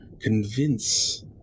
convince